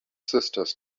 sisters